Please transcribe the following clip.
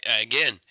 again